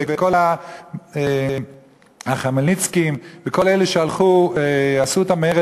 וכל החמלניצקים וכל אלה שעשו את המרד